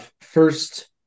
first